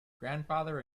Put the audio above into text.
grandfather